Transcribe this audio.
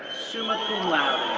summa cum laude,